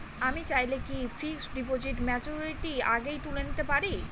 আমি চাইলে কি ফিক্সড ডিপোজিট ম্যাচুরিটির আগেই তুলে নিতে পারি?